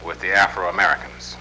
with the afro americans